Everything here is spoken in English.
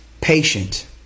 patient